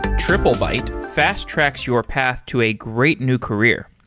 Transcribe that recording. triplebyte fast-tracks your path to a great new career.